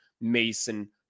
Mason